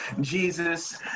Jesus